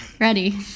ready